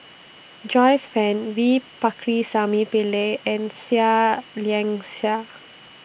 Joyce fan V Pakirisamy Pillai and Seah Liang Seah